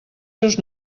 seus